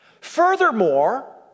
Furthermore